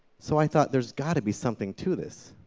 so i thought, there's got to be something to this,